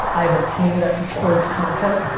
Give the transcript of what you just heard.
i have a team that records content,